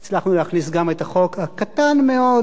הצלחנו גם להכניס את החוק הקטן מאוד הזה.